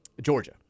Georgia